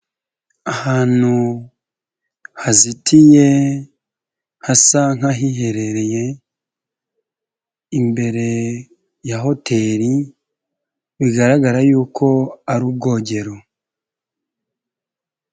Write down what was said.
Ahantu hazitiye hasa nk'ahiherereye imbere ya hoteli, bigaragara yuko ari ubwogero.